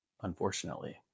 unfortunately